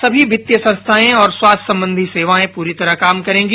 सभी वित्तीय संस्थाए और स्वास्थ्य संबंधी सेवाएं पूरी तरह काम करेंगी